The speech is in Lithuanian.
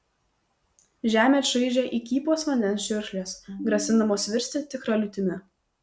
žemę čaižė įkypos vandens čiurkšlės grasindamos virsti tikra liūtimi